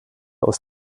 aus